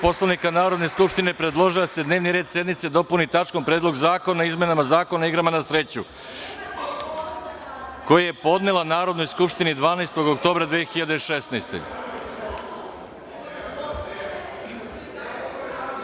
Poslovnika Narodne skupštine, predložila je da se dnevni red sednice dopuni tačkom – Predlog zakona o izmenama Zakona o igrama na sreću, koji je podnela Narodnoj skupštini 12. oktobra 2016. godine.